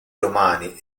romani